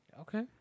Okay